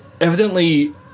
evidently